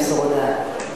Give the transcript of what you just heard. למסור הודעה.